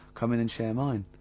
come in and share mine.